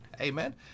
amen